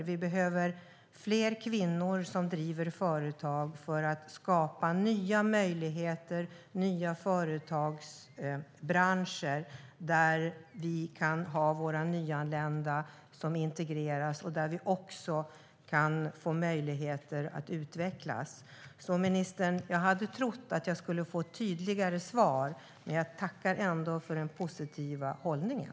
Vi behöver fler kvinnor som driver företag, skapar nya möjligheter och skapar nya företagsbranscher, där våra nyanlända kan integreras och där det finns möjligheter att utvecklas. Jag hade trott att jag skulle få ett tydligare svar, ministern, men jag tackar ändå för den positiva hållningen.